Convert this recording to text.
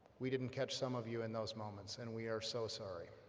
we didn't catch some of you in those moments and we are so sorry.